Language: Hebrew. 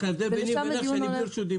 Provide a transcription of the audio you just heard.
רק ההבדל ביני לבינך הוא שאני בלי רשות דיבור.